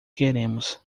queremos